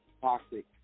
toxic